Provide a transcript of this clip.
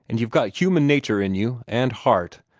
and you've got human nature in you, and heart.